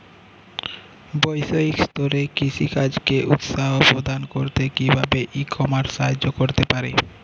বৈষয়িক স্তরে কৃষিকাজকে উৎসাহ প্রদান করতে কিভাবে ই কমার্স সাহায্য করতে পারে?